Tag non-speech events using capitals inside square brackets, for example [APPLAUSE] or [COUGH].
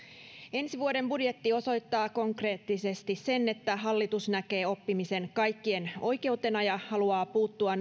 ensi vuoden budjetti osoittaa konkreettisesti sen että hallitus näkee oppimisen kaikkien oikeutena ja haluaa puuttua [UNINTELLIGIBLE]